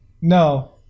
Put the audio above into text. No